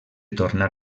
tornar